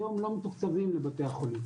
היום לא מתוקצבים לבתי החולים,